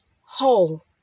whole